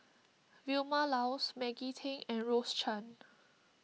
Vilma Laus Maggie Teng and Rose Chan